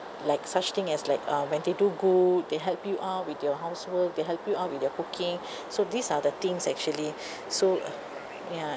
like such thing as like uh when they do good they help you out with your housework they help you out with your cooking so these are the things actually so ya